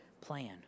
plan